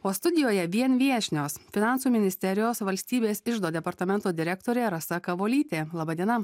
o studijoje vien viešnios finansų ministerijos valstybės iždo departamento direktorė rasa kavolytė laba diena